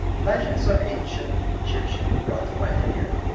imagine some ancient egyptian brought to life again,